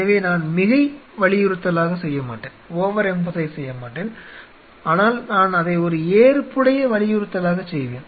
எனவே நான் மிகை வலியுறுத்தலாக செய்ய மாட்டேன் ஆனால் நான் அதை ஒரு ஏற்புடைய வலியுறுத்தலாகச் செய்வேன்